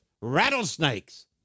rattlesnakes